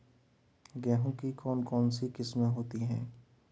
गेहूँ की कौन कौनसी किस्में होती है?